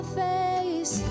face